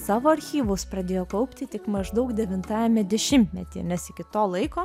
savo archyvus pradėjo kaupti tik maždaug devintajame dešimtmetyje nes iki to laiko